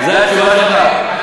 זו התשובה שלך?